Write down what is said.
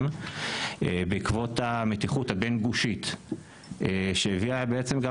בעקבות המתיחות הבין-גושית שהביאה בעצם גם